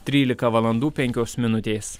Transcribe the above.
trylika valandų penkios minutės